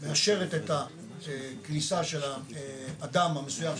מאשרת את הכניסה של האדם המסוים,